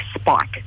spike